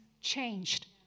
changed